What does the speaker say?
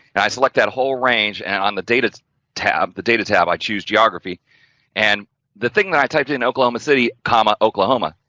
and i select that whole range and on the data tab, the data tab, i choose geography and the thing that, i typed in oklahoma city, ah oklahoma,